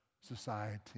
society